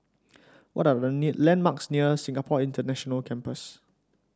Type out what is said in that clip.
what are the near landmarks near Singapore International Campus